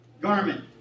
garment